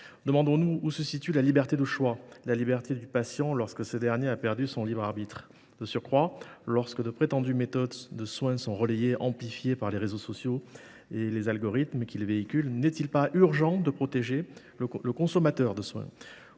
Demandons nous où se situe la liberté de choix, la liberté du patient lorsque ce dernier a perdu son libre arbitre. De surcroît, lorsque de prétendues méthodes de soins sont relayées et amplifiées par les réseaux sociaux et les algorithmes qui les véhiculent, n’est il pas urgent de protéger le consommateur de soins ?